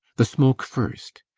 the smoke first.